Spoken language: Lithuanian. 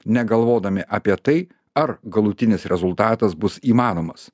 negalvodami apie tai ar galutinis rezultatas bus įmanomas